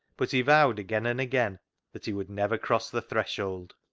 but he vowed again and again that he would never cross the threshold.